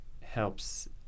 helps